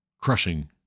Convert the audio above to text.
crushing